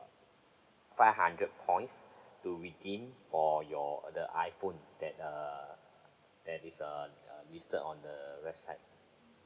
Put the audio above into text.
five hundred points to redeem for your the iphone that err that is uh listed on the website